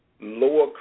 Lower